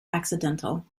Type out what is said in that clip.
accidental